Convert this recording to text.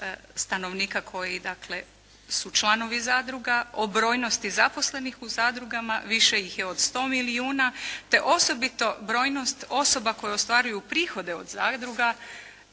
stanovnika koji su članovi zadruga, o brojnosti zaposlenih u zadrugama, više ih je od 100 milijuna, te osobito brojnost osoba koje ostvaruju prihode od zadruga